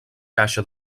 caixa